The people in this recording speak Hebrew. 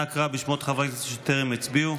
נא קרא בשמות חברי הכנסת שטרם הצביעו.